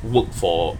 work for